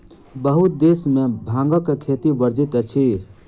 बहुत देश में भांगक खेती वर्जित अछि